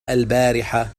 البارحة